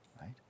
right